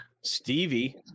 stevie